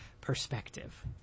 perspective